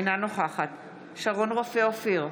אינה נוכחת שרון רופא אופיר,